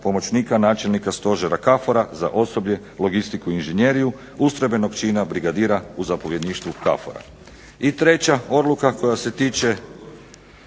pomoćnika načelnika stožera KAFOR-a za osoblje, logistiku i injžinjeriju ustrojbenog čina brigadira u zapovjedništvu KFOR-a. I treća odluka koja se tiče